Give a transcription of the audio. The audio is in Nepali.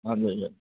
हजुर हजुर